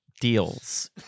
deals